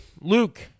Luke